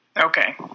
okay